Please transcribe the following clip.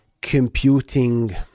computing